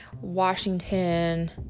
Washington